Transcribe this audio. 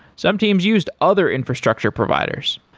some teams used other infrastructure providers.